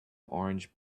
orange